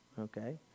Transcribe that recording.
okay